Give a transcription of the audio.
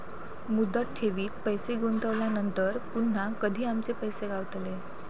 मुदत ठेवीत पैसे गुंतवल्यानंतर पुन्हा कधी आमचे पैसे गावतले?